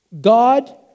God